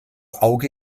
auge